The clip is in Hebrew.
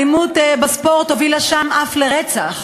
האלימות בספורט הובילה שם אף לרצח,